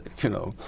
you know,